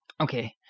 Okay